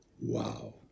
Wow